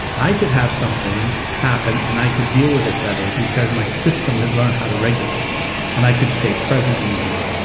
i could have something happen and i could deal with it better because my system had learned how to regulate and i could stay present easier.